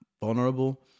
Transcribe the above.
vulnerable